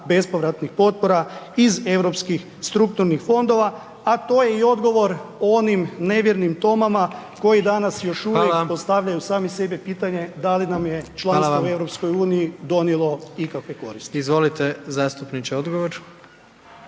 bespovratnih potpora iz europskih strukturnih fondova, a to je i odgovor onim nevjernim Tomama koji danas još uvijek …/Upadica: Hvala./… postavljaju sami sebi pitanje da li nam je članstvo …/Upadica: Hvala vam./…